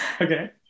Okay